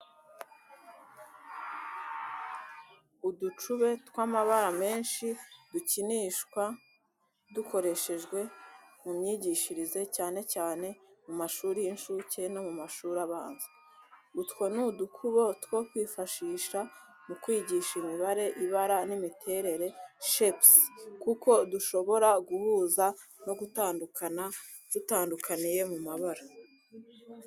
Uducube tw’amabara menshi dukinishwa dukoreshejwe mu myigishirize, cyane cyane mu mashuri y’inshuke no mu mashuri abanza. Utwo ni udukubo two kwifashisha mu kwigisha imibare, ibara, n’imiterere (shapes). Kuko dushobora guhuza no gutandukana. Dutandukaniye mu mabara.